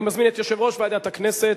אני מזמין את יושב-ראש ועדת הכנסת.